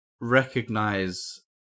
recognize